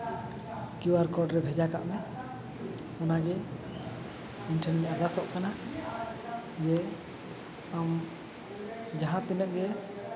Q R code ᱨᱮ ᱵᱷᱮᱡᱟ ᱠᱟᱜ ᱢᱮ ᱚᱱᱟᱜᱮ ᱤᱧ ᱴᱷᱮᱱ ᱤᱧ ᱟᱨᱫᱟᱥᱚᱜ ᱠᱟᱱᱟ ᱱᱤᱭᱟᱹ ᱟᱢ ᱡᱟᱦᱟᱸ ᱛᱤᱱᱟᱹᱜ ᱜᱮ